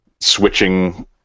Switching